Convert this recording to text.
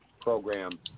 program